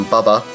Bubba